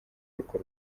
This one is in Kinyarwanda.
urwo